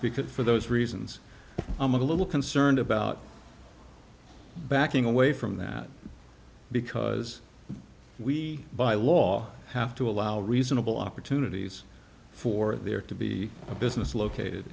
because for those reasons i'm a little concerned about backing away from that because we by law have to allow reasonable opportunities for there to be a business located